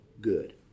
good